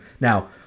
Now